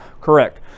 Correct